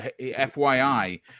FYI